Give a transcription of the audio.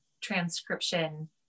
transcription